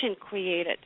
created